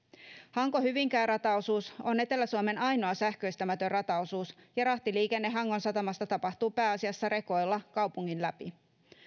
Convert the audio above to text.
hanko hyvinkää rataosuus on etelä suomen ainoa sähköistämätön rataosuus ja rahtiliikenne hangon satamasta tapahtuu pääasiassa rekoilla kaupungin läpi